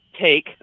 take